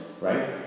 right